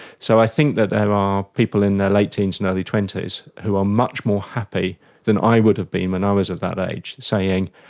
so i think that there are people in their late teens and early twenty s who are much more happy than i would have been when i was of that age, saying,